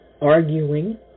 arguing